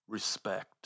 respect